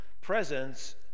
presence